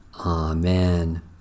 Amen